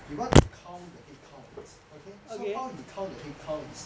he want to count the headcount okay so how you count the headcount is